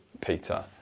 Peter